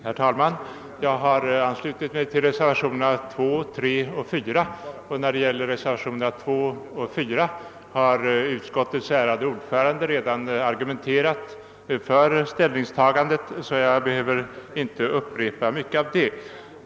Herr talman! Jag har anslutit mig till reservationerna II, III och IV, men när det gäller reservationerna II och IV har utskottets ärade ordförande redan argumenterat för ställningstagandet, varför jag inte behöver upprepa mycket av detta.